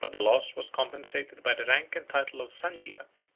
but the loss was compensated by the rank and title of sanjiak,